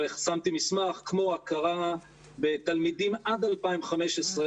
כמו הכרה בתלמידים עד 2015,